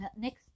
next